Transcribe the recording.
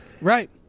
Right